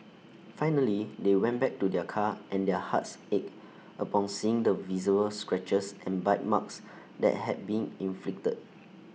finally they went back to their car and their hearts ached upon seeing the visible scratches and bite marks that had been inflicted